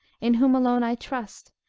in whom alone i trust,